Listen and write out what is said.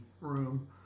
room